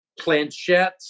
Planchettes